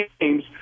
games